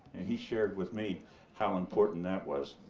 and he shared with me how important that was.